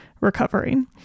recovering